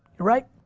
right.